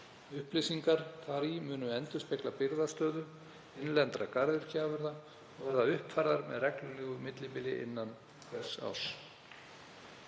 Upplýsingar þar munu endurspegla birgðastöðu innlendra garðyrkjuafurða og verða uppfærðar með reglulegu millibili innan hvers árs.